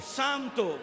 santo